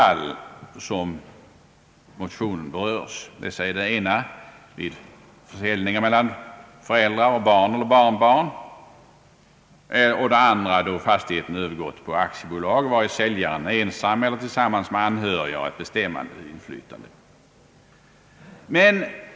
I motionen berörs två fall. Det ena gäller försäljning mellan föräldrar och barn eller barnbarn och det andra då en fastighet övergår på aktiebolag, varvid säljaren ensam eller tillsammans med anhöriga haft ett bestämmande inflytande.